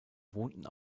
wohnten